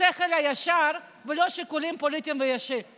השכל הישר ולא על סמך שיקולים פוליטיים ואישיים.